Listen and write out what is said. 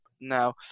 now